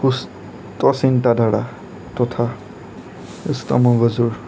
উচ্চ চিন্তাধাৰা তথা সুস্থ মগজুৰ